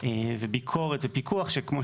אבל בסופו של דבר,